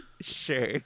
sure